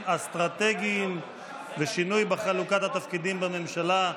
אסטרטגיים ושינוי בחלוקת התפקידים בממשלה.